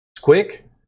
quick